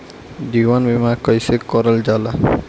जीवन बीमा कईसे करल जाला?